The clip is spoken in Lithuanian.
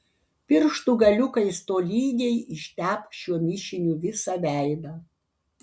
pirštų galiukais tolygiai ištepk šiuo mišiniu visą veidą